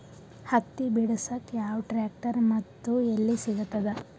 ಹತ್ತಿ ಬಿಡಸಕ್ ಯಾವ ಟ್ರ್ಯಾಕ್ಟರ್ ಮತ್ತು ಎಲ್ಲಿ ಸಿಗತದ?